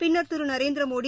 பின்னா் திரு நரேந்திர மோடி